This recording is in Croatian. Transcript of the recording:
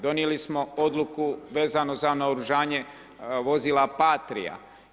Donijeli smo odluku vezano za naoružanje vozila patrija.